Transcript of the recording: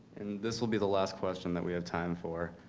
and this will be the last question that we have time for,